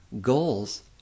Goals